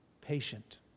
patient